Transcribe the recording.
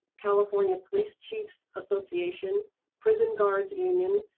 california police chiefs association prison guards union,